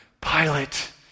Pilate